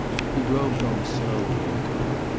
he drove home slowly in the car,